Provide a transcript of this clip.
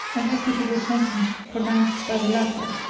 an equitable sentence pronounced by the latter,